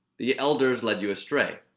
the elders led you astray.